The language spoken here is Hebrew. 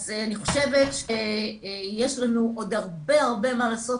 אז אני חושבת שיש לנו עוד הרבה הרבה מה לעשות